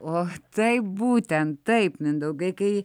o taip būtent taip mindaugai kai